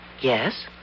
Yes